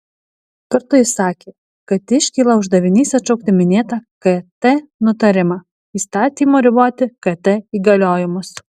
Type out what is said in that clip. kartu jis sakė kad iškyla uždavinys atšaukti minėtą kt nutarimą įstatymu riboti kt įgaliojimus